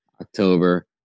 October